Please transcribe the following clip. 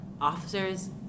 officers